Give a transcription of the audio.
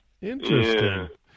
Interesting